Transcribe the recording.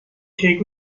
take